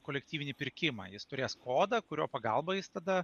kolektyvinį pirkimą jis turės kodą kurio pagalba jis tada